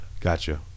Gotcha